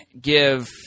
give –